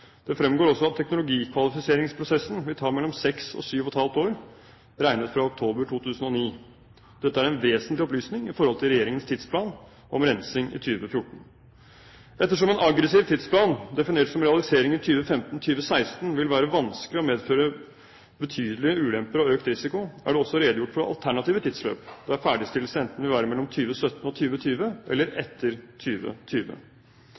Det fremgår også at teknologikvalifiseringsprosessen vil ta mellom seks og sju og et halvt år regnet fra oktober 2009. Dette er en vesentlig opplysning i forhold til regjeringens tidsplan om rensing i 2014. Ettersom en aggressiv tidsplan, definert som realisering i 2015–2016, vil være vanskelig og medfører betydelige ulemper og økt risiko, er det også redegjort for alternative tidsløp der ferdigstillelse enten vil være mellom 2017 og 2020 eller